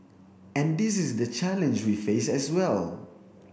and this is the challenge we face as well